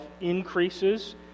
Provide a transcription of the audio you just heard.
increases